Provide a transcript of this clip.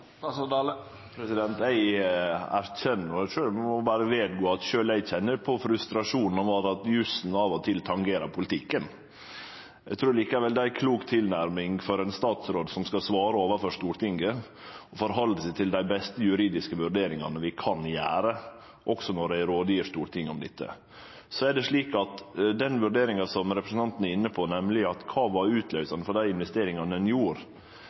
og mange aktører innen grønn maritim industri. Eg erkjenner og må berre vedgå at sjølv eg kjenner på frustrasjonen over at jussen av og til tangerer politikken. Eg trur likevel det er ei klok tilnærming for ein statsråd som skal svare overfor Stortinget, å halde seg til dei beste juridiske vurderingane vi kan gjere, også når eg gjev råd til Stortinget om dette. Den vurderinga som representanten er inne på, nemleg av kva som var utløysande for dei investeringane ein